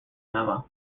yama